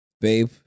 babe